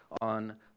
on